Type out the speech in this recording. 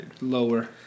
Lower